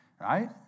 right